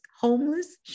homeless